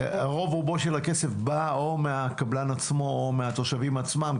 רוב רובו של הכסף בא או מהקבלן עצמו או מהתושבים עצמם,